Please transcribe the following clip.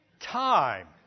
time